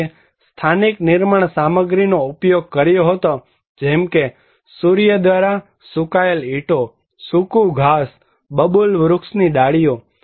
તેઓએ સ્થાનિક નિર્માણ સામગ્રીનો ઉપયોગ કર્યો હતો જેમ કે સૂર્ય દ્વારા સુકાયેલ ઈંટોસુકુ ઘાસ બબુલ વૃક્ષની ડાળીઓ